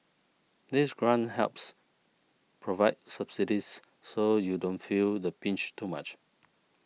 this grant helps provide subsidies so you don't feel the pinch too much